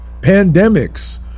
Pandemics